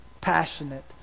passionate